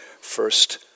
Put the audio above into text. first